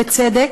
בצדק,